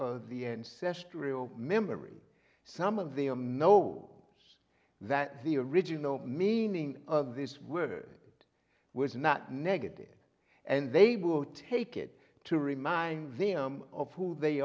or memory some of them know that the original meaning of this word was not negative and they would take it to remind them of who they